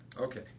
Okay